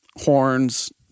horns